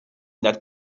that